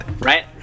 Right